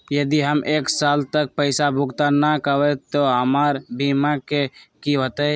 यदि हम एक साल तक पैसा भुगतान न कवै त हमर बीमा के की होतै?